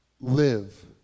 live